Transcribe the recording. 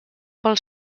pel